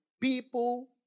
people